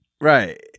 Right